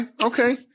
okay